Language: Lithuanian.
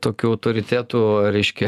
tokiu autoritetu reiškia